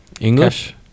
English